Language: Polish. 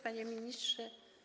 Panie Ministrze!